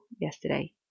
yesterday